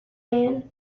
man